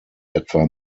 etwa